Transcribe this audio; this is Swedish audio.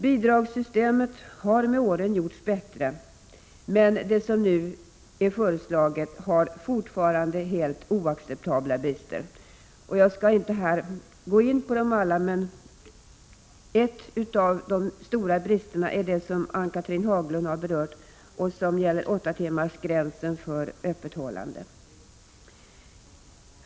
Bidragssystemet har med åren gjorts bättre, men det som nu föreslås har fortfarande oacceptabla brister. Jag skall inte här gå in på dem alla, men en stor brist är den som Ann-Cathrine Haglund berörde och som gäller 8-timmarsgränsen för öppethållande.